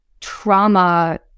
trauma